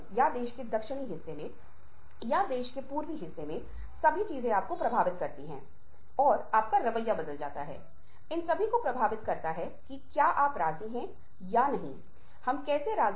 यह हमें सामाजिकसांस्कृतिक वातावरण में बेहतर संवाद करने में मदद करता है और चिकित्सा के प्रकार के रूप में सुनना एक ऐसी तकनीक का रूप है जिसके माध्यम से हम अन्य लोगों को समझने में सुधार करते हैं और हम अपनी समझ में सुधार करते हैं